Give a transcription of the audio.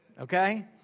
Okay